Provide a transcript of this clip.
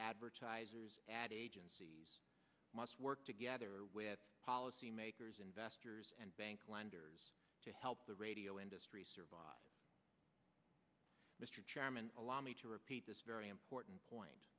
advertisers ad agencies must work together with policymakers investors and bank lenders to help the radio industry survive mr chairman allow me to repeat this very important point